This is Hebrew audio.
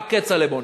רק כצל'ה בונה.